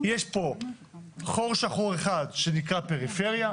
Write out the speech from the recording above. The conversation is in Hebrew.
יש פה חור שחור אחד שנקרא פריפריה,